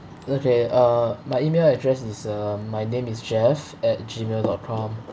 okay uh my email address is uh my name is jeff at Gmail dot com